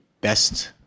best